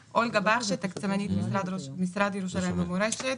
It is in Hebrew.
בכשי, תקציבנית משרד ירושלים ומורשת.